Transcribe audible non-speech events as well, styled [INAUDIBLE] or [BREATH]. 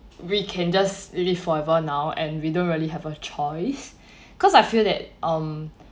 we can just live forever now and we don't really have a choice [BREATH] cause I feel that um